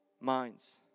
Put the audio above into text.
minds